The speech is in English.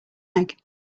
egg